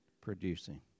producing